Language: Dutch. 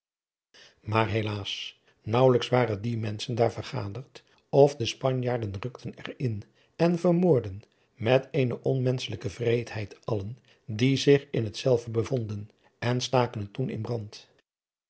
maar helaas naauwelijks waren die menschen daar vergaderd of de spanjaarden rukten er in en vermoordden met eene onmenschelijke wreedheid allen die zich in het zeladriaan loosjes pzn het leven van hillegonda buisman ve bevonden en staken het toen in brand